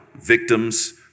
victims